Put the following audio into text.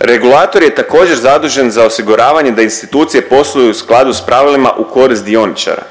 Regulator je također, zadužen za osiguravanje da institucije posluju u skladu s pravilima u korist dioničara.